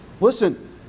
Listen